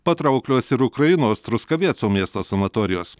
patrauklios ir ukrainos truskaveco miesto sanatorijos